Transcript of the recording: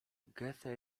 goethe